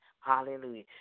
Hallelujah